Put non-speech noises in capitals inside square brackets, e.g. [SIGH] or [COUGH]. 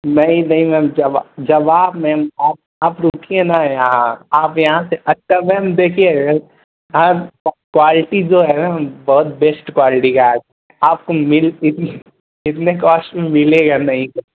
नहीं नहीं हम जवा जवाब नहीं आप आप रुकिए ना यहाँ आप यहाँ से [UNINTELLIGIBLE] मैम देखिए कवाल्टी जो है ना मैम बहुत बेस्ट कवाल्टी का है आपको [UNINTELLIGIBLE] [UNINTELLIGIBLE] इतने कॉस्ट में मिलेगा नहीं